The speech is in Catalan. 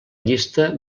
llista